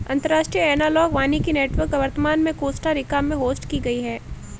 अंतर्राष्ट्रीय एनालॉग वानिकी नेटवर्क वर्तमान में कोस्टा रिका में होस्ट की गयी है